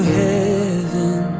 heaven